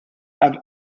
have